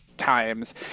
times